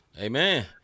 Amen